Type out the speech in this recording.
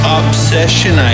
obsession